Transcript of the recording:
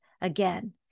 again